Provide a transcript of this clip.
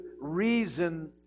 reason